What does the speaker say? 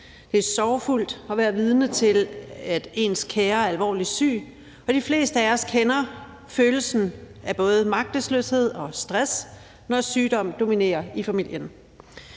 Det er sorgfuldt at være vidne til, at ens kære er alvorligt syg, og de fleste af os kender følelsen af både magtesløshed og stress, når sygdom dominerer i familien.